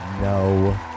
No